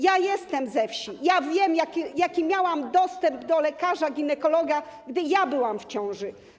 Ja jestem ze wsi, ja wiem, jaki miałam dostęp do lekarza ginekologa, gdy ja byłam w ciąży.